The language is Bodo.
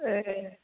ए